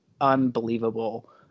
unbelievable